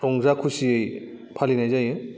रंजा खुसियै फालिनाय जायो